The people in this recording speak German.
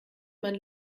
man